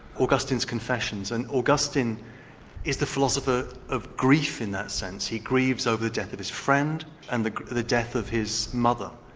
augustine's confession and augustine is the philosopher of grief in that sense. he grieves over the death of his friend and the the death of his mother.